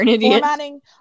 formatting